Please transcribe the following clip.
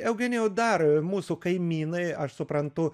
eugenijau dar mūsų kaimynai aš suprantu